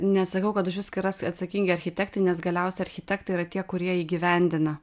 nesakau kad už viską yra atsakingi architektai nes galiausia architektai yra tie kurie įgyvendina